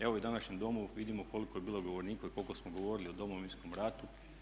Evo i u današnjem Domu vidimo koliko je bilo govornika i koliko smo govorili o Domovinskom ratu.